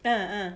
ah ah